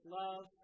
love